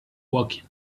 woking